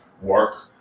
work